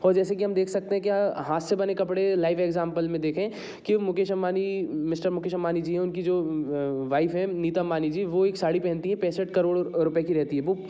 और जैसे कि हम देख सकते हैं क्या हाथ से बने कपड़े लाइव एक्साम्प्ल में देखें कि मुकेश अम्बानी मिस्टर मुकेश अम्बानी जी हैं उनकी जो वाइफ है नीता अम्बानी जी वो एक साड़ी पहनती है पैसठ करोड़ रूपए की रहती है वो